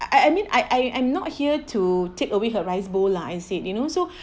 I I mean I I I'm not here to take away her rice bowl lah I said you know so